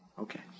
Okay